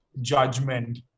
judgment